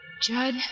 Judd